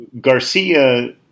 Garcia